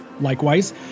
likewise